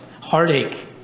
heartache